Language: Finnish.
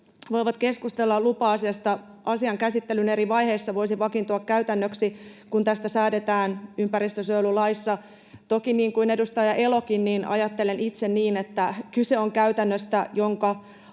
voivat keskustella lupa-asiasta asian käsittelyn eri vaiheissa, voisi vakiintua käytännöksi, kun tästä säädetään ympäristönsuojelulaissa. Toki, niin kuin edustaja Elokin, ajattelen itse niin, että kyse on käytännöstä, jonka